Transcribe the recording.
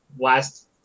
last